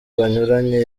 banyuranye